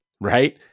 right